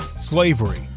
Slavery